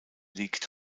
liegt